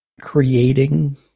creating